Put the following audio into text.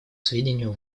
сведению